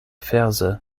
ferse